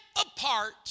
apart